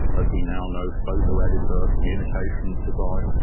as we now know, photo editor, communications device,